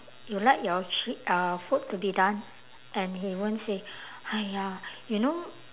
you like your chi~ uh food to be done and he won't say !haiya! you know